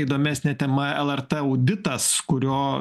įdomesnė tema lrt auditas kurio